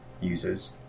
users